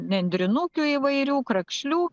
nendrinukių įvairių krakšlių